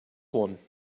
one